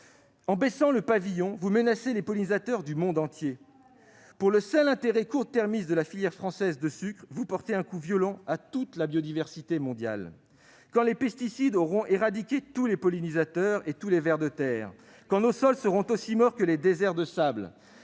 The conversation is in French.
En baissant le pavillon, vous menacez les pollinisateurs du monde entier. Oh là là ! Pour le seul intérêt court-termiste de la filière française de sucre, vous portez un coup violent à toute la biodiversité mondiale. Quand les pesticides auront éradiqué tous les pollinisateurs et tous les vers de terre, quand nos sols seront aussi morts que les déserts de sable,